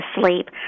sleep